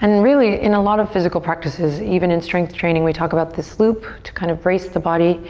and really in a lot of physical practices, even in strength training, we talk about this loop to kind of brace the body